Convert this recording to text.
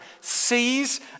sees